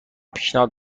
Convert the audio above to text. پیشنهاد